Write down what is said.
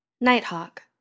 Nighthawk